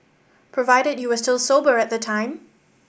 provided you were still sober at the time